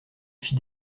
fit